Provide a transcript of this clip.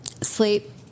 Sleep